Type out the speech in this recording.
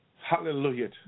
Hallelujah